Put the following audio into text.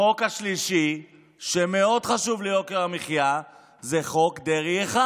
החוק השלישי שמאוד חשוב ליוקר המחיה זה חוק דרעי 1,